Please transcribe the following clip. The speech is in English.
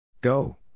Go